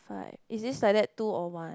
fi~ is this like that two or one